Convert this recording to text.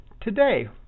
today